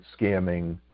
scamming